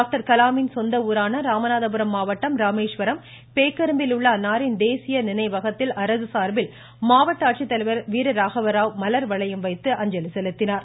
doctor கலாமின் சொந்த ஊரான ராமநாதபுரம் மாவட்டம் ராமேஸ்வரம் பேக்கரும்பில் உள்ள அன்னாரின் தேசிய நினைவகத்தில் அரசு சார்பில் மாவட்ட ஆட்சித்தலைவர் திரு கோ வீரராகவராவ் மலர் வளையம் வைத்து அஞ்சலி செலுத்தினார்